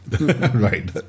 right